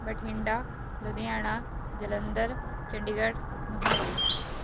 Bathinda Ludhiana Jalandhar Chandigarh Mohali